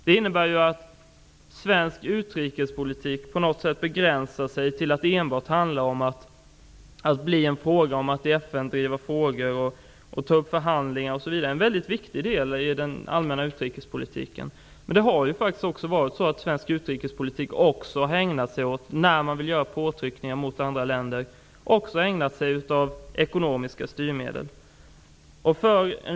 Det innebär att svensk utrikespolitik begränsar sig till att enbart handla om att i FN driva frågor, ta upp förhandlingar osv. Det är en väldigt viktig del i den allmänna utrikespolitiken. Men faktiskt har svensk utrikespolitik också ägnats åt att göra påtryckningar på andra länder eller använda ekonomiska styrmedel.